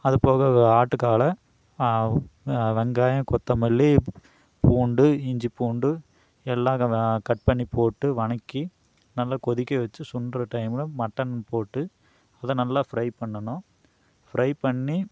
அதுபோக ஆட்டுக்கால் வெங்காயம் கொத்தமல்லி பூண்டு இஞ்சி பூண்டு எல்லாம் க வ கட் பண்ணி போட்டு வணக்கி நல்லா கொதிக்க வச்சி சுண்டுற டைமில் மட்டன் போட்டு அதை நல்லா ஃப்ரை பண்ணனும் ஃப்ரை பண்ணி